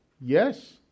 Yes